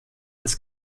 ist